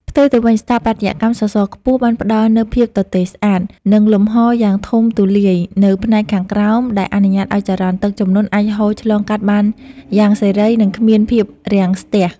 ផ្ទុយទៅវិញ ស្ថាបត្យកម្មសសរខ្ពស់បានផ្ដល់នូវភាពទទេស្អាត និងលំហយ៉ាងធំទូលាយនៅផ្នែកខាងក្រោម ដែលអនុញ្ញាតឱ្យចរន្តទឹកជំនន់អាចហូរឆ្លងកាត់បានយ៉ាងសេរី និងគ្មានភាពរាំងស្ពះ។